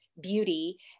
beauty